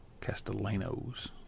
castellanos